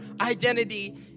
identity